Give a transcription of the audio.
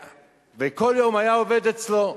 וכל יום היה עובד אצלו.